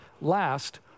last